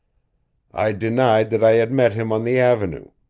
i denied that i had met him on the avenue.